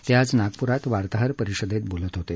ते आज नागपूरात वार्ताहर परिषदेत बोलत होते